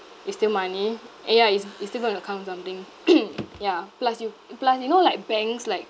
it's still money ah ya it's it's still going to account for something ya plus you plus you know like banks like